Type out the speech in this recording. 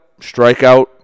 strikeout